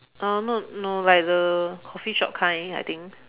uh no no like the coffee shop kind I think